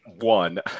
One